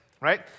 Right